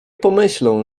pomyślą